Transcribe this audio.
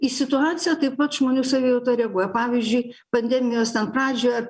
į situaciją taip pat žmonių savijautą reaguoja pavyzdžiui pandemijos pradžioje